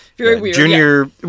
Junior